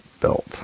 built